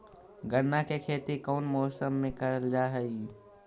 गन्ना के खेती कोउन मौसम मे करल जा हई?